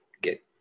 get